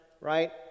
right